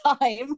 time